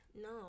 No